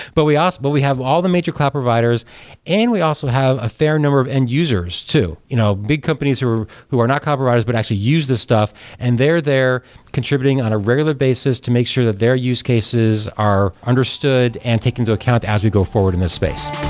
but we but have all the major cloud providers and we also have a fair number of end users too. you know big companies who are who are not copywriters, but actually use this stuff and they're they're contributing on a regular basis to make sure that their use cases are understood and take into account as we go forward in this space